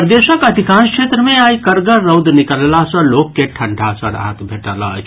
प्रदेशक अधिकांश क्षेत्र मे आइ कड़गर रौद निकलला सँ लोक के ठंडा सँ राहत भेटल अछि